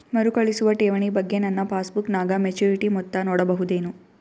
ಮರುಕಳಿಸುವ ಠೇವಣಿ ಬಗ್ಗೆ ನನ್ನ ಪಾಸ್ಬುಕ್ ನಾಗ ಮೆಚ್ಯೂರಿಟಿ ಮೊತ್ತ ನೋಡಬಹುದೆನು?